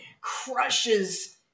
crushes